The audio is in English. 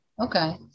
okay